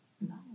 No